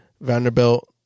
Vanderbilt